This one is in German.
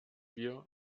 wir